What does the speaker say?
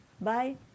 bye